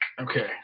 Okay